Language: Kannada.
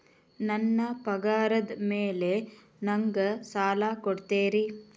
ನನ್ನ ಪಗಾರದ್ ಮೇಲೆ ನಂಗ ಸಾಲ ಕೊಡ್ತೇರಿ?